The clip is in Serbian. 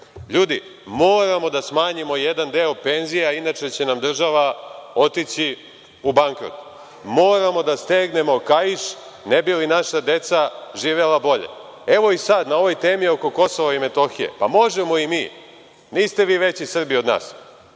ljudi, moramo da smanjimo jedan deo penzija, inače će nam država otići u bankrot, moramo da stegnemo kaiš ne bi li naša deca živela bolje. Evo i sad, na ovoj temi oko Kosova i Metohije. Pa možemo i mi, niste vi veći Srbi od nas.